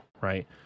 right